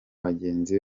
bagenzi